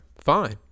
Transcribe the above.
fine